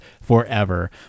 forever